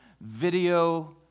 video